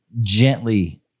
gently